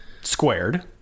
Squared